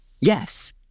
Yes